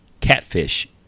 catfish